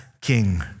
king